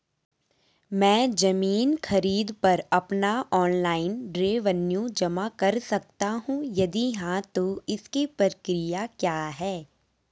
मैं ज़मीन खरीद पर अपना ऑनलाइन रेवन्यू जमा कर सकता हूँ यदि हाँ तो इसकी प्रक्रिया क्या है?